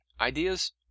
ideas